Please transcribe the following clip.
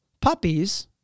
puppies